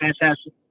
fantastic